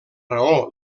raó